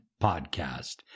podcast